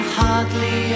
hardly